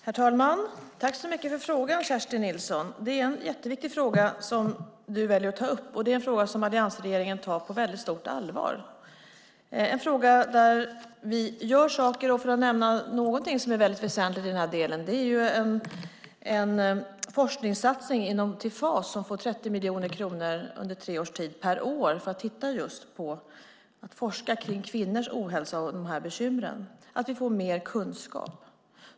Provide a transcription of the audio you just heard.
Herr talman! Tack för frågan, Kerstin Nilsson! Det är en jätteviktig fråga som du väljer att ta upp. Det är en fråga som alliansregeringen tar på väldigt stort allvar. Vi gör saker på det här området. Låt mig nämna någonting som är väldigt väsentligt här, nämligen en forskningssatsning på 30 miljoner kronor per år under tre års tid för att forska om kvinnors ohälsa och de här bekymren så att vi får mer kunskap.